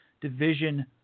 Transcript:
Division